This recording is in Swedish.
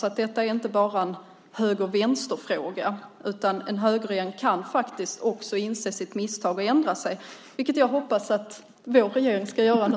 Detta är inte bara en höger-vänster-fråga, utan en högerregering kan faktiskt också inse sitt misstag och ändra sig, vilket jag hoppas att vår regering ska göra nu.